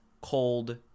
cold